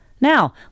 Now